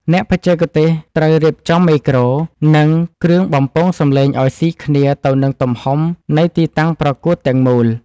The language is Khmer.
អ្នកបច្ចេកទេសត្រូវរៀបចំមេក្រូ និង គ្រឿងបំពងសម្លេងឱ្យស៊ីគ្នាទៅនឹងទំហំនៃទីតាំងប្រកួតទាំងមូល។